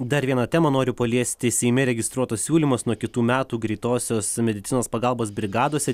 dar vieną temą noriu paliesti seime registruotas siūlymas nuo kitų metų greitosios medicinos pagalbos brigadose